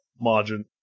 margin